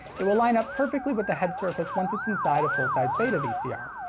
it will line up perfectly with head surface once it's inside a full size beta vcr.